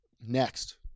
Next